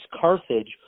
Carthage